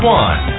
one